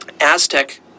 Aztec